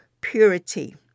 purity